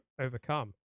overcome